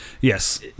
yes